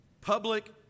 public